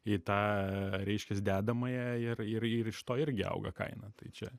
į tą reiškias dedamąją ir ir ir iš to irgi auga kaina tai čia